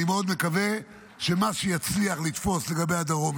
אני מאוד מקווה שמה שיצליח לתפוס לגבי הדרום,